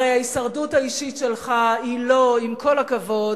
הרי ההישרדות האישית שלך היא לא, עם כל הכבוד,